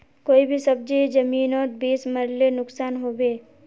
कोई भी सब्जी जमिनोत बीस मरले नुकसान होबे?